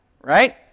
right